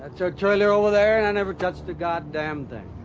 that's her trailer over there, and i never touched a goddamn thing.